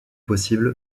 possible